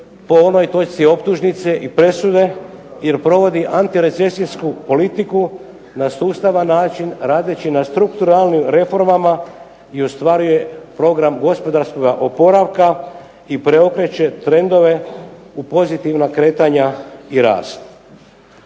po ovoj točci optužnice i presude jer provodi antirecesijsku politiku na sustavan način, radeći na strukturalnim reformama i ostvaruje Program gospodarskoga oporavka i preokreće trendove u pozitivna kretanja i rast.